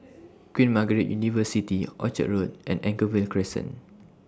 Queen Margaret University Orchard Road and Anchorvale Crescent